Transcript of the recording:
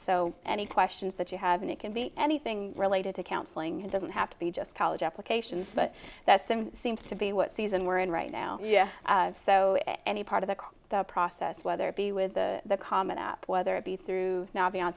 so any questions that you have and it can be anything related to counseling it doesn't have to be just college applications but that's seems to be what season we're in right now yeah so any part of the process whether it be with a common app whether it be through now beyon